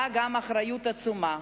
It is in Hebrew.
באה גם אחריות עצומה.